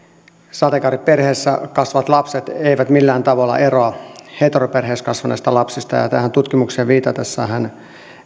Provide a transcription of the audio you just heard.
sateenkaariperheessä kasvavat lapset eivät millään tavalla eroa heteroperheissä kasvaneista lapsista ja ja tähän tutkimukseen viitatessaan hän